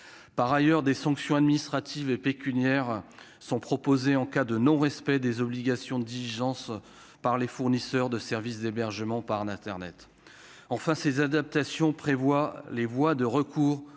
par ailleurs des sanctions administratives et pécuniaires sont proposés en cas de non-respect des obligations diligence par les fournisseurs de services d'hébergement par l'Internet, enfin ces adaptations prévoit les voies de recours